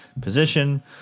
position